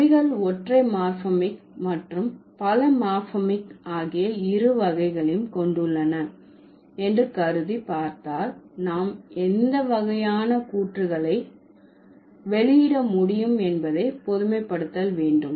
மொழிகள் ஒற்றை மார்பெமிக் மற்றும் பல மார்பெமிக் ஆகிய இரு வகைகளையும் கொண்டுள்ளன என்று கருதி பார்த்தால் நாம் எந்த வகையான கூற்றுகளை வெளியிட முடியும் என்பதை பொதுமைப்படுத்த வேண்டும்